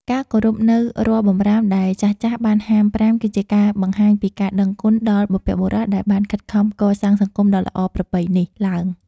ការគោរពនូវរាល់បម្រាមដែលចាស់ៗបានហាមប្រាមគឺជាការបង្ហាញពីការដឹងគុណដល់បុព្វបុរសដែលបានខិតខំកសាងសង្គមដ៏ល្អប្រពៃនេះឡើង។